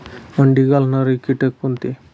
अंडी घालणारे किटक कोणते?